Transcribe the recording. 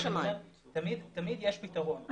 תמיד יש פתרון.